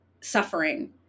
suffering